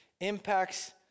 impacts